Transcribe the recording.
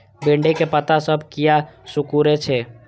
भिंडी के पत्ता सब किया सुकूरे छे?